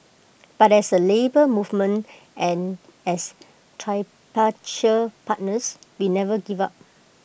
but as A Labour Movement and as tripartite partners we never give up